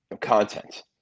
content